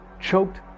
Choked